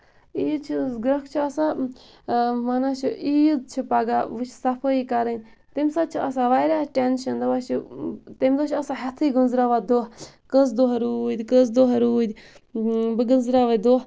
عیٖذ ہٕنٛز گرٛیٚکھ چھِ آسان وَنان چھِ عیٖد چھِ پَگاہ وُچھ صفٲیی کَرٕنۍ تَمہِ ساتہٕ چھِ آسان واریاہ ٹینشَن دَپان چھِ تَمہِ دۄھ چھِ آسان ہیٚتھٕے گٔنٛزراوان دۄہ کٔژ دۄہ روٗدۍ کٔژٕ دۄہ روٗدۍ بہٕ گٔنٛزراوے دۄہ